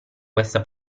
questa